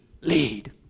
Lead